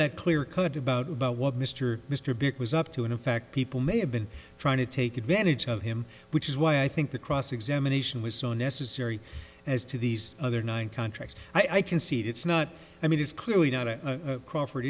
that clear cut about about what mr mr big was up to and in fact people may have been trying to take advantage of him which is why i think the cross examination was so necessary as to these other nine contracts i concede it's not i mean it's clearly not a crawford